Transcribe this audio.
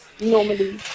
normally